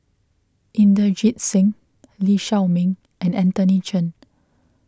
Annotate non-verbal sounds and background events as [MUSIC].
Inderjit Singh Lee Shao Meng and Anthony Chen [NOISE]